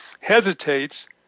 hesitates